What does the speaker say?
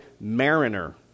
mariner